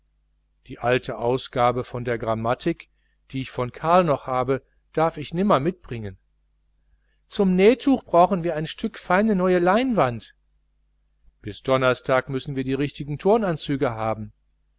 die alte ausgabe von der grammatik die ich von karl noch habe darf ich nimmer mitbringen zum nähtuch brauchen wir ein stück feine neue leinwand bis donnerstag müssen wir richtige turnanzüge haben